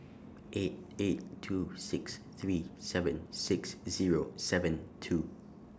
eight eight two six three seven six Zero seven two